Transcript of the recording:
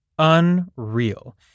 unreal